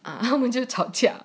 啊我们就吵架